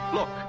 Look